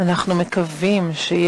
אין